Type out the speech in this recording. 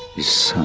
this